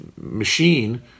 machine